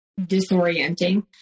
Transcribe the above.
disorienting